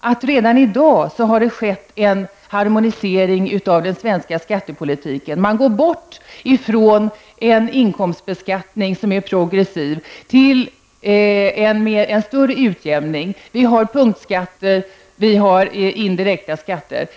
att det redan i dag har skett en harmonisering av den svenska skattepolitiken. Man går ifrån en progressiv inkomstbeskattning till en större utjämning, man har punktskatter och indirekta skatter.